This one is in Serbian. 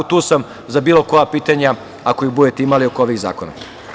Tu sam za bilo koja pitanja ako ih budete imali oko ovih zakona.